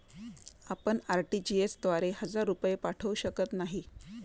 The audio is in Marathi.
आपण आर.टी.जी.एस द्वारे हजार रुपये पाठवू शकत नाही